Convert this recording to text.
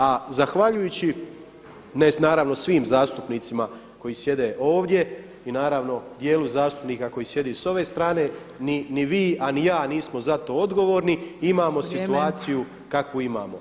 A zahvaljujući, ne naravno svim zastupnicima koji sjede ovdje i naravno dijelu zastupnika koji sjedi s ove strane, ni vi a ni ja nismo za to odgovorni i imamo situaciju kakvu imamo.